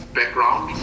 background